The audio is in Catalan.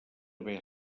haver